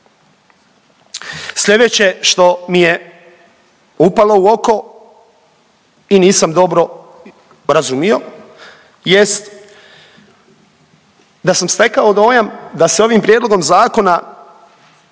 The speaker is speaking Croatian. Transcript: Sljedeće što mi je upalo u oko i nisam dobro razumio jest da sam stekao dojam da se ovim Prijedlogom zakona